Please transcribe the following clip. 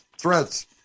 threats